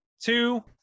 two